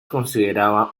consideraba